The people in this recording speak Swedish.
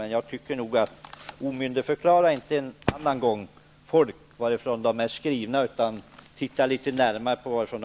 Men omyndigförklara inte folk på grundval av var de är skrivna!